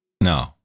No